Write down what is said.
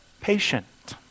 patient